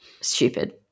stupid